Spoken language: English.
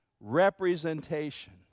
representation